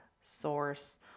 source